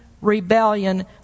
rebellion